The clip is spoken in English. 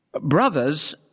Brothers